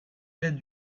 l’aide